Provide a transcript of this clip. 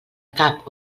cap